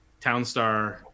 townstar